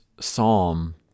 psalm